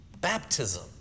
baptism